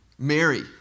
Mary